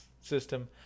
system